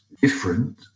different